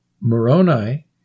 Moroni